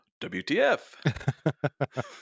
WTF